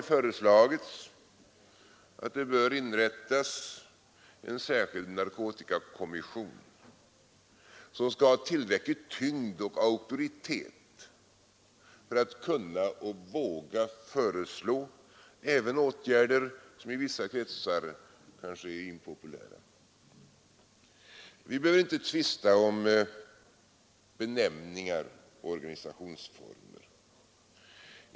Här har nu föreslagits att det bör inrättas en särskild narkotikakommission, som skall ha tillräcklig tyngd och auktoritet för att kunna och våga föreslå även åtgärder som i vissa kretsar kanske är impopulära. Vi behöver inte tvista om benämningar och organisationsformer.